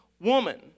woman